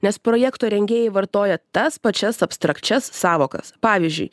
nes projekto rengėjai vartoja tas pačias abstrakčias sąvokas pavyzdžiui